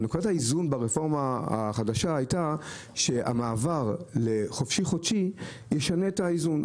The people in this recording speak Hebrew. נקודת האיזון ברפורמה החדשה הייתה שהמעבר לחופשי-חודשי ישנה את האיזון,